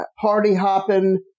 party-hopping